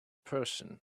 person